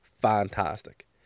fantastic